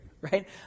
right